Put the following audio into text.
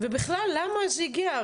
ובכלל למה זה הגיע?